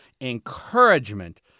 encouragement